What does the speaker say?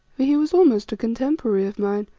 for he was almost a contemporary of mine,